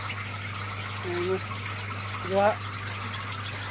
ᱦᱮᱸ ᱢᱟ ᱡᱚᱸᱦᱟᱨ